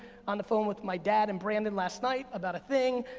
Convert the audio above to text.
on the phone with my dad and brandon last night about a thing.